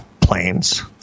planes